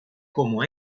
como